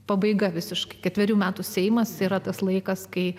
pabaiga visiškai ketverių metų seimas yra tas laikas kai